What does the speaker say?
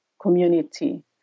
community